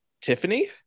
Tiffany